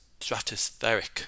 stratospheric